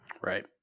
Right